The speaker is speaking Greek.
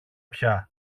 πια